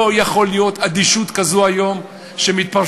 לא יכולה להיות אדישות כזו היום כשמתפרסם,